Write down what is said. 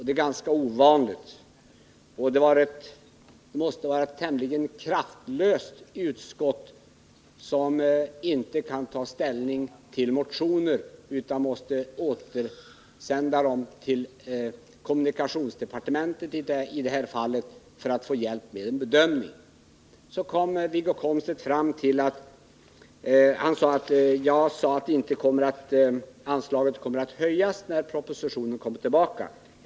Det är ganska ovanligt, och det måste ha varit ett tämligen kraftlöst utskott som inte har kunnat ta ställning till motioner utan velat översända dem till departementet för att få hjälp med bedömningen. Wiggo Komstedt påstod att jag hade sagt att anslaget inte kommer att ha höjts, när propositionen kommer tillbaka till riksdagen.